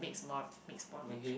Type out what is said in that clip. mixed mo~ mixed porridge